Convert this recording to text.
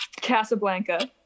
Casablanca